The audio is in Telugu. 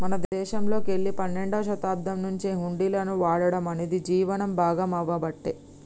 మన దేశంలోకెల్లి పన్నెండవ శతాబ్దం నుంచే హుండీలను వాడటం అనేది జీవనం భాగామవ్వబట్టే